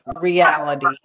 reality